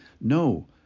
No